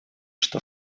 что